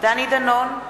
דני דנון,